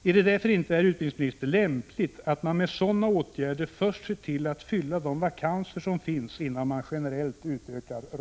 Är det därför inte, herr utbildningsminister, lämpligt att med sådana åtgärder först se till att vakanserna fylls innan ramarna generellt utökas?